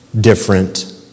different